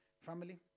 Family